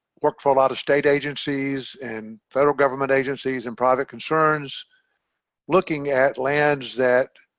worked for a lot of state agencies and federal government agencies and private concerns looking at lands that